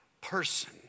person